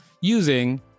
using